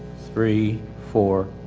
three, four.